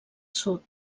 sud